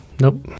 Nope